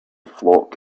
flock